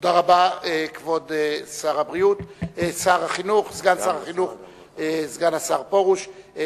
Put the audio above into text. תודה רבה, כבוד סגן שר החינוך מאיר פרוש.